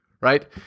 right